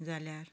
जाल्यार